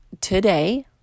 today